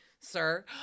sir